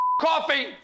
coffee